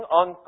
on